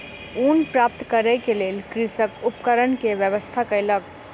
ऊन प्राप्त करै के लेल कृषक उपकरण के व्यवस्था कयलक